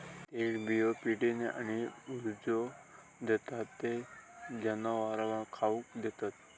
तेलबियो पिढीने आणि ऊर्जा देतत ते जनावरांका खाउक देतत